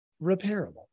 repairable